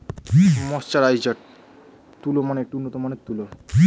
mercerised তুলো মানে একটি উন্নত মানের তুলো